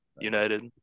United